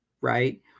right